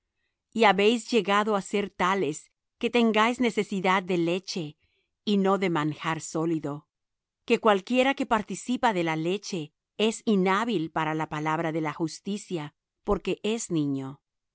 y habéis llegado á ser tales que tengáis necesidad de leche y no de manjar sólido que cualquiera que participa de la leche es inhábil para la palabra de la justicia porque es niño